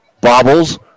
bobbles